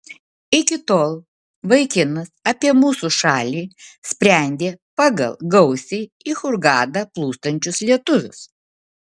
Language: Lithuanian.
iki tol vaikinas apie mūsų šalį sprendė pagal gausiai į hurgadą plūstančius lietuvius